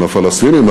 עם הפלסטינים,